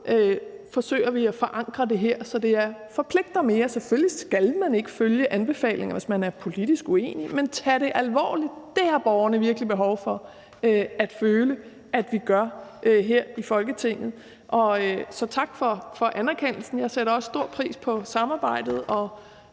forsøger vi at forankre det her, så det forpligter mere. Selvfølgelig skal man ikke følge anbefalinger, hvis man politisk er uenig, men at det tages alvorligt, har borgerne virkelig behov for at føle at vi gør her i Folketinget. Så tak for anerkendelsen. Jeg sætter også stor pris på samarbejdet. Og